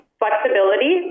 flexibility